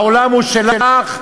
העולם הוא שלך,